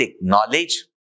knowledge